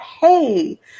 hey